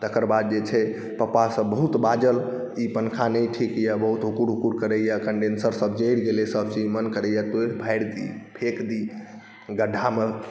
तकर बाद जे छै पप्पासब बहुत बाजल ई पँखा नहि ठीक अइ बहुत हुकुर हुकुर करैए कण्डेन्सरसब जरि गेलै सबचीज मन करैए तोड़ि फाड़ि दी फेक दी गड्ढामे